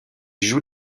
joue